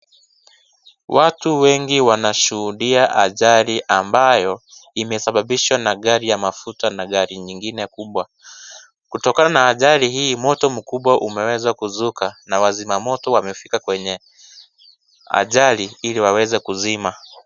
Watu wengi wanashuhudia ajali ambayo imesababishwa na gari ya mafuta na gari nyingine kubwa. Kutokana na ajali hii moto mkubwa umeweza kuzuka, na wazimamoto wamefika kwenye ajali, ili waweze kuzima.